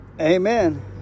Amen